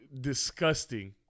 disgusting